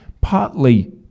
partly